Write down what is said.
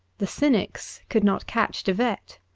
the cynics could not catch de wet.